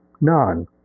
None